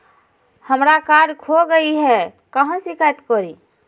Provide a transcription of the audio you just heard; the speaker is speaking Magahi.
हमरा कार्ड खो गई है, कहाँ शिकायत करी?